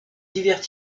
divers